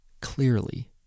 clearly